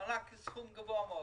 המענק הוא בסכום גבוה מאוד.